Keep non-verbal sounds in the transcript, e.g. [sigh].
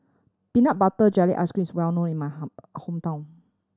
peanut butter jelly ice cream is well known in my [unintelligible] hometown